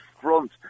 front